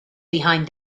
behind